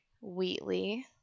Wheatley